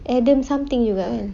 adam something juga kan